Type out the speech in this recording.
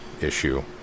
issue